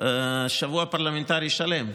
שבוע פרלמנטרי שלם.